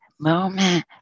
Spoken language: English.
Moment